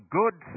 good